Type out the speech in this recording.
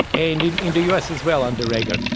and in in the us as well under reagan.